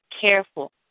careful